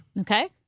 Okay